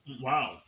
Wow